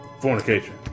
fornication